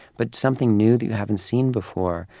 but something new that you haven't seen before,